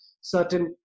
certain